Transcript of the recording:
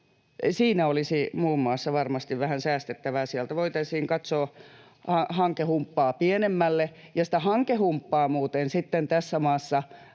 Siinä muun muassa olisi varmasti vähän säästettävää. Sieltä voitaisiin katsoa hankehumppaa pienemmälle, ja sitä hankehumppaa muuten sitten tässä maassa